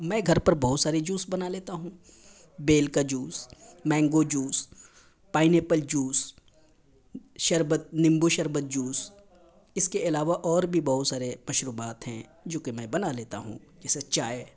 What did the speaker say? میں گھر پر بہت سارے جوس بنا لیتا ہوں بیل كا juice mango juice pineapple juice شربت نیمبو شربت جوس اس کے علاوہ اور بھی بہت سارے مشروبات ہیں جو کہ میں بنا لیتا ہوں جیسے چائے